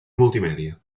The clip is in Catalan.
multimèdia